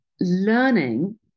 learning